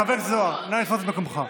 חבר הכנסת זוהר, נא לתפוס את מקומך.